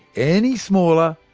any smaller,